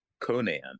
Conan